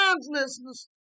listeners